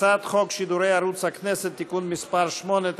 הצעת חוק שידורי ערוץ הכנסת (תיקון מס' 8),